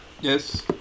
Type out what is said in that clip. Yes